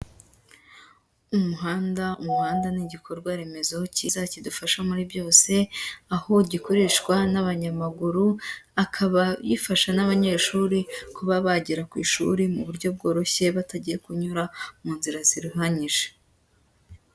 Umuhanda, umuhanda ni igikorwaremezo cyiza kidufasha muri byose, aho gikoreshwa n'abanyamaguru, akaba gifasha n'abanyeshuri kuba bagera ku ishuri mu buryo bworoshye batagiye kunyura mu nzira ziruhanyije.